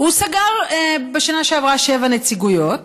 הוא סגר בשנה שעברה שבע נציגויות,